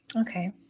Okay